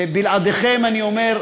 ובלעדיכם, אני אומר,